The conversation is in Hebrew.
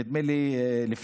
נדמה לי שנה